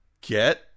get